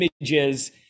images